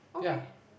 okay